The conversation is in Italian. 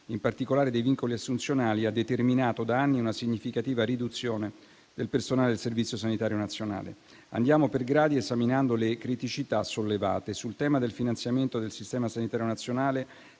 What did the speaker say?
in particolare dei vincoli assunzionali, ha determinato da anni una significativa riduzione del personale del Servizio sanitario nazionale. Andiamo per gradi, esaminando le criticità sollevate. Sul tema del finanziamento del Sistema sanitario nazionale,